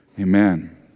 Amen